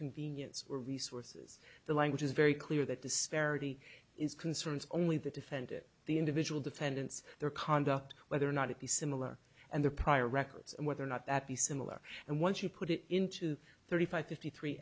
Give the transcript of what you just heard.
convenience or resources the language is very clear that disparity is concerned only the defendant the individual defendants their conduct whether or not it be similar and their prior records and whether or not that be similar and once you put it into thirty five fifty three